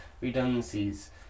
redundancies